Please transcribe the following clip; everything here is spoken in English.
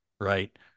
right